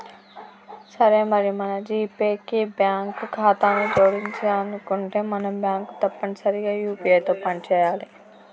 సరే మరి మన జీపే కి బ్యాంకు ఖాతాను జోడించనుంటే మన బ్యాంకు తప్పనిసరిగా యూ.పీ.ఐ తో పని చేయాలి